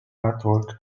artwork